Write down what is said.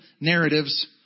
narratives